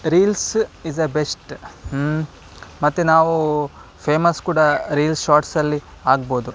reels is a best hmm ಮತ್ತು ನಾವು famous ಕೂಡ ರೀಲ್ಸ್ ಶಾರ್ಟ್ಸಲ್ಲಿ ಆಗ್ಬೋದು